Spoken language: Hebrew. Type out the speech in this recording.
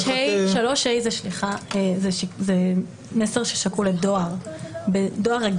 אני מחכה --- 3ה זה מסר ששקול לדואר רגיל.